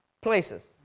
places